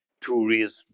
Tourism